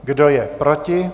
Kdo je proti?